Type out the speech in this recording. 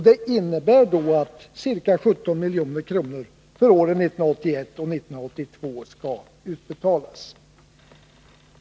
Det innebär också att ca 17 milj.kr. skall utbetalas till kommunen för åren 1981 och 1982.